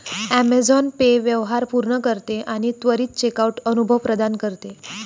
Amazon Pay व्यवहार पूर्ण करते आणि त्वरित चेकआउट अनुभव प्रदान करते